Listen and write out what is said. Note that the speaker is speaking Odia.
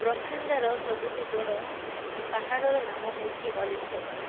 ବ୍ରହ୍ମାଣ୍ଡର ସବୁଠୁ ବଡ଼ ପାହାଡ଼ର ନାମ ହେଉଛି ଅଲିମ୍ପସ୍